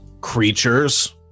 creatures